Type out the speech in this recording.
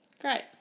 Great